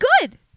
good